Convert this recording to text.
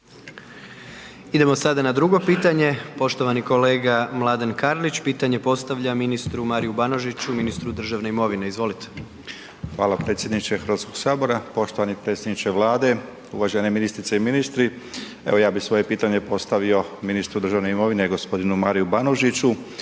Idemo sada na drugo pitanje, poštovani kolega Mladen Karlić, pitanje postavlja ministru Mariju Banožiću, ministru državne imovine, izvolite. **Karlić, Mladen (HDZ)** Hvala predsjedniče HS. Poštovani predsjedniče Vlade, uvažene ministrice i ministri, evo ja bi svoje pitanje postavio ministru državne imovine g. Mariju Banožiću,